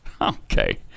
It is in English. Okay